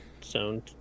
sound